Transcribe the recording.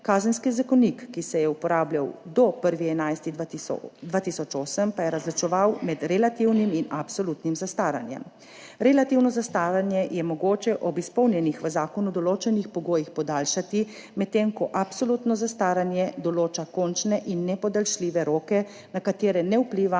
Kazenski zakonik, ki se je uporabljal do 1. 11. 2008, pa je razločeval med relativnim in absolutnim zastaranjem. Relativno zastaranje je mogoče ob izpolnjenih v zakonu določenih pogojih podaljšati, medtem ko absolutno zastaranje določa končne in nepodaljšljive roke, na katere ne vpliva